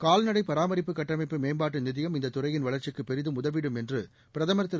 கால்நடை பராமரிப்பு கட்டமைப்பு மேம்பாட்டு நிதியம் இந்த துறையின் வளர்ச்சிக்கு பெரிதும் உதவிடும் என்று பிரதமர் திரு